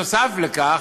נוסף על כך,